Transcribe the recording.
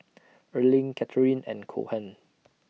Erling Katheryn and Cohen